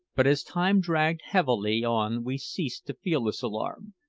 but as time dragged heavily on we ceased to feel this alarm,